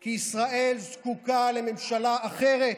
כי ישראל זקוקה לממשלה אחרת: